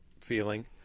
feeling